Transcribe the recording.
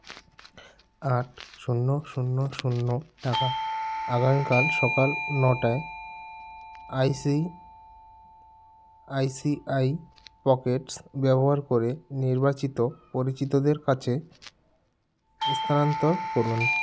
আট শূন্য শূন্য শূন্য টাকা আগামীকাল সকাল নটায় I C I C I pockets ব্যবহার করে নির্বাচিত পরিচিতদের কাছে স্থানান্তর করুন